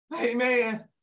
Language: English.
Amen